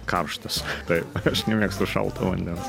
karštas tai aš nemėgstu šalto vandens